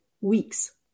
weeks